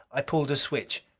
i pulled a switch.